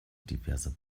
diverser